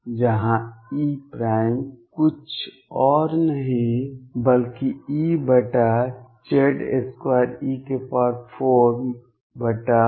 जहाँ E कुछ और नहीं बल्कि EZ2e44π022 है